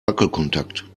wackelkontakt